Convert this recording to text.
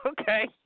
okay